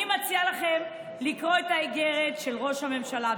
אני מציעה לכם לקרוא את האיגרת של ראש הממשלה,